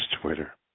Twitter